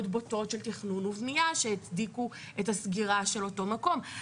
בוטות של תכנון ובנייה שהצדיקו את הסגירה של אותו מקום.